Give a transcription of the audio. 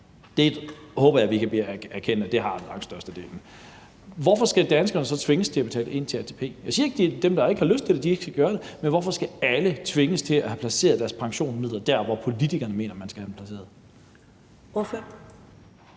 det håber jeg man kan erkende, altså at det har langt størstedelen – så skal tvinges til at betale ind til ATP? Jeg siger ikke, at dem, der har lyst til det, ikke skal gøre det, men hvorfor skal alle tvinges til at have placeret deres pensionsmidler der, hvor politikerne mener man skal have dem placeret? Kl.